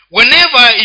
Whenever